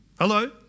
Hello